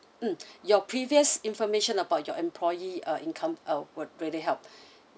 mm your previous information about your employee uh income uh would really help